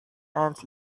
ants